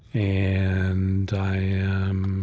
and i am